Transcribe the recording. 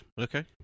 Okay